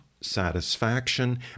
satisfaction